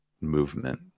movement